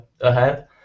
ahead